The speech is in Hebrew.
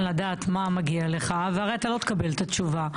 לדעת מה מגיע לך והרי אתה לא תקבל את התשובה.